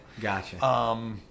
Gotcha